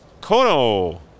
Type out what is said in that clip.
Kono